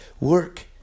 work